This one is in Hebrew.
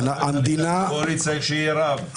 חס וחלילה, שיהיה רב.